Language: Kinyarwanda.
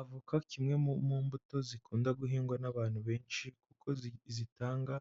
Avoka kimwe mu mbuto zikunda guhingwa n'abantu benshi kuko zitanga